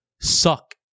suck